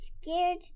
scared